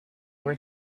were